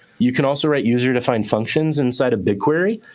you can also write user-defined functions inside a bigquery.